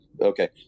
Okay